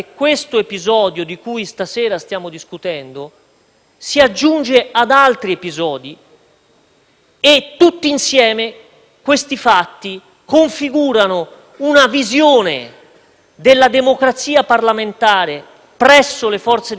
tutti insieme, questi fatti configurano una visione della democrazia parlamentare presso le forze di maggioranza che ci allarma sempre di più. Io vedo infatti un filo rosso